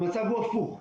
המצב הוא הפוך.